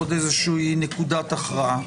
עוד איזושהי נקודת הכרעה.